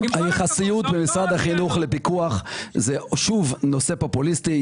ההתייחסות במשרד החינוך לפיקוח זה שוב נושא פופוליסטי.